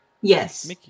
Yes